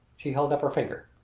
she held up her finger.